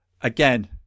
again